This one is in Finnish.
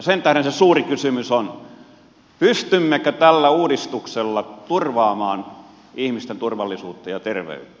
sen tähden se suuri kysymys on pystymmekö tällä uudistuksella turvaamaan ihmisten turvallisuutta ja terveyttä